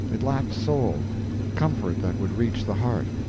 it lacked soul comfort that would reach the heart.